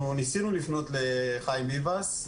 אנחנו ניסינו לפנות לחיים ביבס,